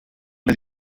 les